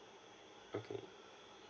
okay